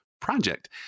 project